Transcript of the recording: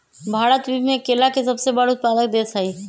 भारत विश्व में केला के सबसे बड़ उत्पादक देश हई